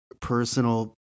personal